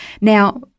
Now